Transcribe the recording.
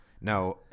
Now